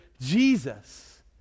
Jesus